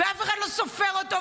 ואף אחד לא סופר אותו,